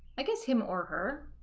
i guess him or her